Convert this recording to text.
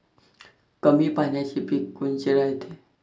कमी पाण्याचे पीक कोनचे रायते?